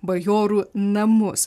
bajorų namus